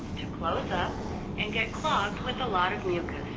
close up and get clogged with a lot of mucus,